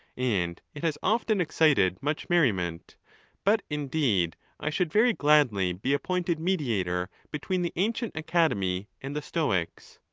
and it has often excited much merriment but, indeed, i should very gladly be appointed mediator between the ancient academy and the stoics.